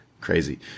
Crazy